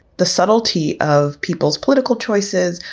the subtlety of people's political choices,